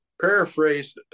paraphrase